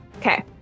Okay